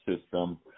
system